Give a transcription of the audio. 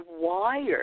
wired